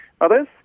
others